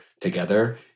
together